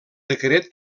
decret